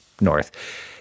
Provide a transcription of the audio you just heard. north